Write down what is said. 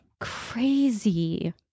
crazy